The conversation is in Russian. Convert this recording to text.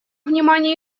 внимание